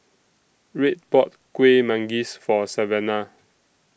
Red bought Kueh Manggis For Savanna